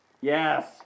Yes